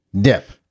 dip